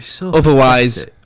Otherwise